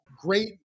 great